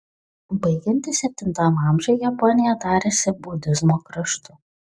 baigiantis septintam amžiui japonija darėsi budizmo kraštu